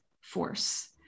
force